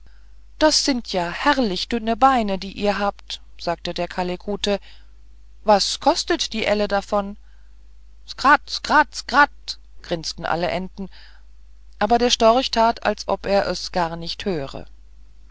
das sind ja herrlich dünne beine die ihr habt sagte der kalekute was kostet die elle davon skrat skrat skrat grinsten alle enten aber der storch that als ob er es gar nicht höre